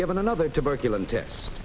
given another tuberculosis